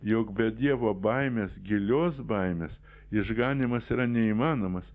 jog be dievo baimės gilios baimės išganymas yra neįmanomas